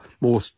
more